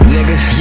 Niggas